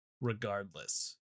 regardless